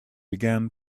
began